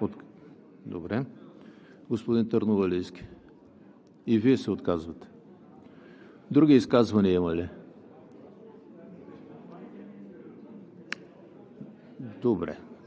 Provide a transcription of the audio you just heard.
Не. Господин Търновалийски, и Вие ли се отказвате? Да. Други изказвания има ли?